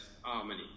harmony